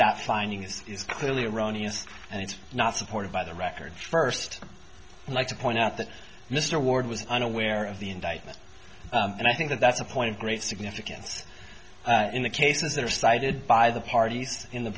that findings is clearly erroneous and it's not supported by the record first like to point out that mr ward was unaware of the indictment and i think that that's a point of great significance in the cases that are cited by the parties in the